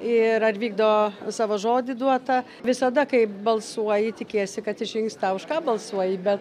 ir ar vykdo savo žodį duotą visada kai balsuoji tikiesi kad išrinks tą už ką balsuoji bet